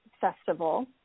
Festival